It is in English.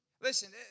Listen